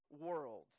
world